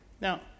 Now